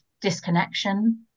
disconnection